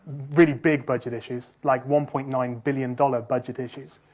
really big budget issues, like one point nine billion dollars budget issues.